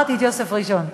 אמרתי את יוסף ראשון,